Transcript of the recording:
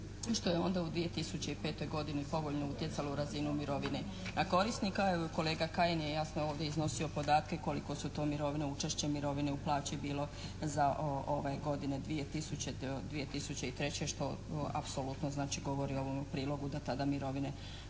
što je onda u 2005. godini povoljno utjecalo u razinu mirovine. A korisnika, kolega Kajin je ovdje jasno iznosio podatke koliko su to mirovine, učešće mirovine u plaći bilo za godine 2000.-2003. što apsolutno znači govori ovome u prilogu da tada mirovine